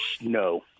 No